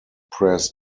press